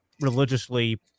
religiously